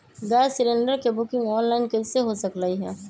Gas cylinder के booking online कईसे हो सकलई ह?